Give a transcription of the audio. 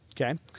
okay